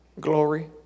Glory